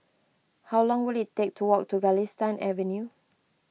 how long will it take to walk to Galistan Avenue